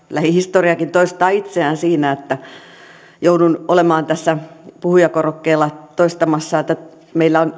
lähihistoriakin toistaa itseään siinä että joudun olemaan tässä puhujakorokkeella sitä toistamassa meillä on